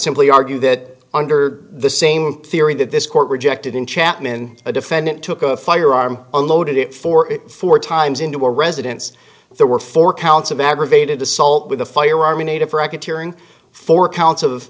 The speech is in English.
simply argue that under the same theory that this court rejected in chapman a defendant took a firearm unloaded it for four times into a residence there were four counts of aggravated assault with a firearm in a different four counts of